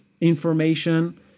information